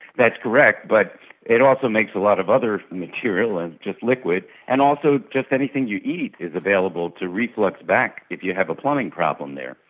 that's correct, but it also makes a lot of other material and just liquid, and also just anything you eat is available to reflux back if you have a plumbing problem there.